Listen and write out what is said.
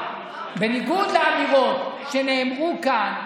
בניגוד לאמירות שנאמרו כאן,